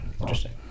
Interesting